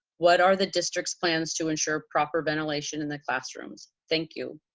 what are the district's plans to ensure proper ventilation in the classrooms, thank you.